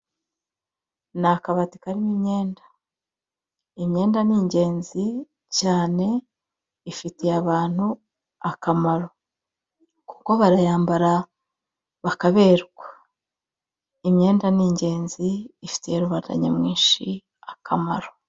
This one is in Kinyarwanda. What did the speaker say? Ni akabati karimo imyenda, imyenda ni ingenzi cyane ifitiye abantu akamaro kuko barayambara bakaberwa. Imyenda ni ingenzi ifitiye rubanda nyamwinshi akamaro.